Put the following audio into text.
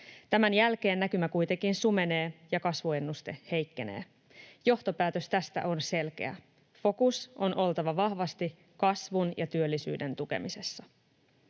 Tämän jälkeen näkymä kuitenkin sumenee ja kasvuennuste heikkenee. Johtopäätös tästä on selkeä: fokuksen on oltava vahvasti kasvun ja työllisyyden tukemisessa.